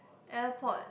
airport